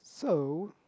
so